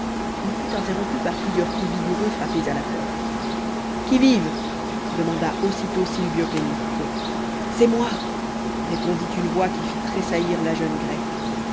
il fut interrompu par plusieurs coups vigoureux frappés à la porte qui vive demanda aussitôt silvio pellico c'est moi répondit une voix qui fit tressaillir la jeune grecque